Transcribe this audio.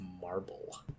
marble